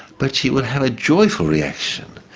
but she will have a joyful reaction.